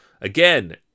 Again